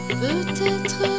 peut-être